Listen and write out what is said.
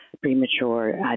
premature